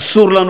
אסור לנו,